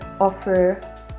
offer